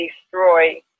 Destroy